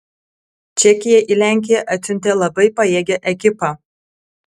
čekija į lenkiją atsiuntė labai pajėgią ekipą